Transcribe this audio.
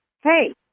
hey